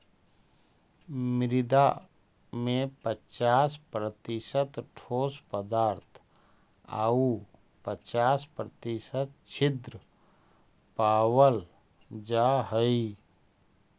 मृदा में पच्चास प्रतिशत ठोस पदार्थ आउ पच्चास प्रतिशत छिद्र पावल जा हइ